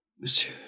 Monsieur